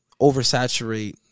oversaturate